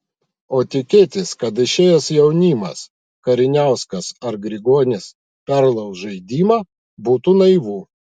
o tikėtis kad išėjęs jaunimas kariniauskas ar grigonis perlauš žaidimą būtų naivu